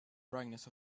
brightness